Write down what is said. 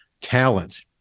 talent